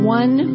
one